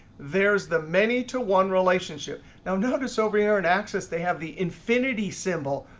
there's the many to one relationship. now notice over here in access, they have the infinity symbol.